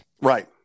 Right